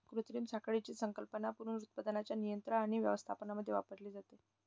कृत्रिम साखळीची संकल्पना पुनरुत्पादनाच्या नियंत्रण आणि व्यवस्थापनामध्ये वापरली जाते